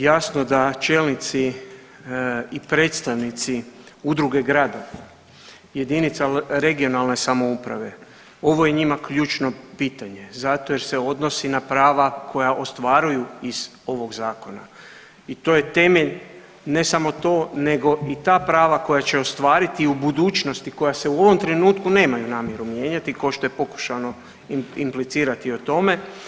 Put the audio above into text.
Jasno da čelnici i predstavnici udruga gradova, jedinica regionalne samouprave ovo je njima ključno pitanje zato jer se odnosi na prava koja ostvaruju iz ovog zakona i to je temelj ne samo to nego i ta prava koja će ostvariti u budućnosti koja se u ovom trenutku nemaju namjeru mijenjati ko što je pokušano implicirati o tome.